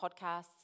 podcasts